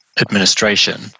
Administration